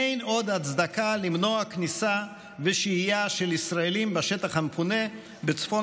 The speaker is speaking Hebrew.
אין עוד הצדקה למנוע כניסה ושהייה של ישראלים בשטח המפונה בצפון